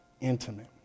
intimate